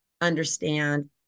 understand